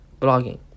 Blogging